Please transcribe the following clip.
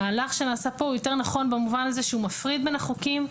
המהלך שנעשה פה הוא יותר נכון במובן הזה שהוא מפריד בין החוקים,